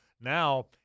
Now